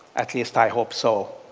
at least, i hope so.